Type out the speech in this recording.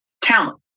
talent